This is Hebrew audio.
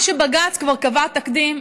מה שבג"ץ קבע כבר בתקדים,